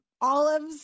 Olives